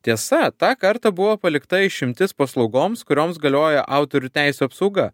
tiesa tą kartą buvo palikta išimtis paslaugoms kurioms galioja autorių teisių apsauga